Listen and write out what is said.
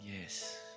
Yes